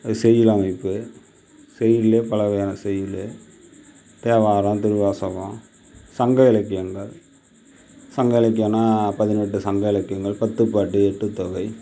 செய்யுள் அமைப்பு செய்யுள்ளே பல வகையான செய்யுள் தேவாரம் திருவாசகம் சங்க இலக்கியங்கள் சங்க இலக்கியன்னா பதினெட்டு சங்க இலக்கியங்கள் பத்துப்பாட்டு எட்டுத்தொகை